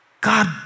God